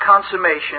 consummation